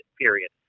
period